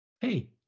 hey